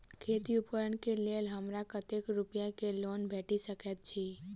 खेती उपकरण केँ लेल हमरा कतेक रूपया केँ लोन भेटि सकैत अछि?